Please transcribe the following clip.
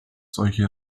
solche